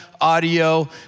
audio